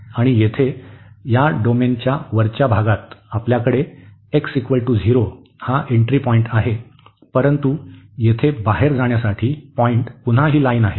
आणि येथे या डोमेनच्या वरच्या भागात आपल्याकडे x0 हा एंट्री पॉईंट आहे परंतु येथे बाहेर जाण्यासाठी पॉईंट पुन्हा ही लाईन आहे